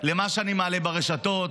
למה שאני מעלה ברשתות,